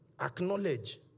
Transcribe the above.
acknowledge